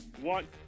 one